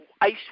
ice